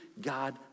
God